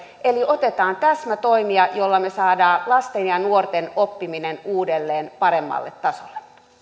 eli otetaan täsmätoimia joilla me saamme lasten ja nuorten oppiminen uudelleen paremmalle tasolle